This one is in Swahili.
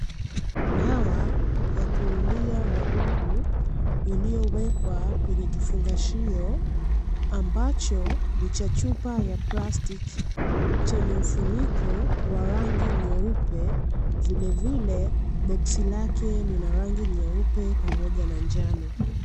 Dawa ya kuulia wadudu iliyowekwa kwenye kifungashio ambacho ni cha chupa ya plastiki chenye mfuniko wa rangi nyeupe, vilevile boksi lake lina rangi nyeupe pamoja na njano.